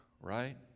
right